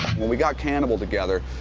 when we got cannibal together,